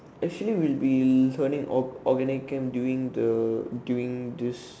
actually we'll be studying organic Chem during the during this